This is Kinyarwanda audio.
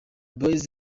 boyz